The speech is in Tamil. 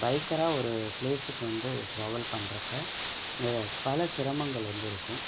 பைக்காராக ஒரு ப்ளேஸுக்கு வந்து ட்ராவல் பண்ணுறப்ப இதில் பல சிரமங்கள் வந்து இருக்கும்